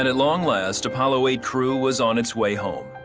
and long last, apollo eight crew was on it's way home,